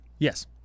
Yes